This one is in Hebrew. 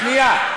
שנייה.